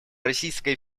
российская